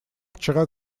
вчера